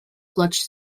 clutch